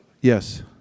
Yes